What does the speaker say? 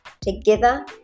together